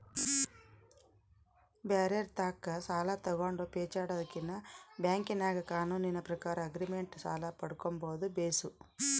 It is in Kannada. ಬ್ಯಾರೆರ್ ತಾಕ ಸಾಲ ತಗಂಡು ಪೇಚಾಡದಕಿನ್ನ ಬ್ಯಾಂಕಿನಾಗ ಕಾನೂನಿನ ಪ್ರಕಾರ ಆಗ್ರಿಮೆಂಟ್ ಸಾಲ ಪಡ್ಕಂಬದು ಬೇಸು